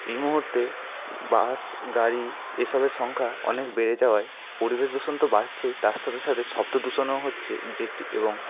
এই মুহুর্তে বাস গাড়ি এসবের সংখ্যা অনেক বেড়ে যাওয়ায় পরিবেশ দূষণ তো বাড়ছেই তার সাথে সাথে শব্দ দূষণও হচ্ছে যেটি এবং